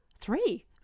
three